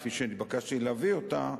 כפי שנתבקשתי להביא אותה,